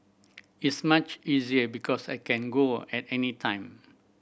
is much easier because I can go at any time